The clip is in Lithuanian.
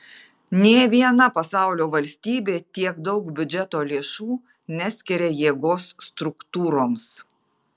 nė viena pasaulio valstybė tiek daug biudžeto lėšų neskiria jėgos struktūroms